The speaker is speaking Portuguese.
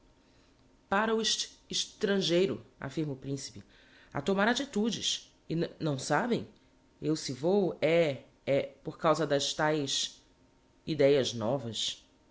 ra o est est rangeiro affirma o principe a tomar atitudes e n não sabem eu se vou é é por causa das taes ideias novas